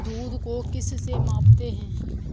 दूध को किस से मापते हैं?